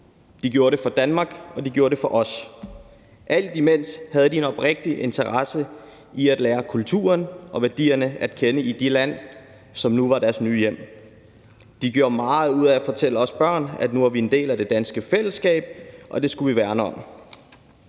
De gjorde det for Danmark, og de gjorde det for os. De havde samtidig en oprigtig interesse i at lære kulturen og værdierne at kende i det land, som nu var deres nye hjem. De gjorde meget ud af at fortælle os børn, at nu var vi en del af det danske fællesskab, og at det skulle vi værne om.